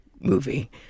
movie